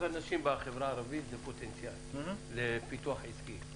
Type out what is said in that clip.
תעסוקת נשים בחברה הערבית זה פוטנציאל אדיר לפיתוח עסקי.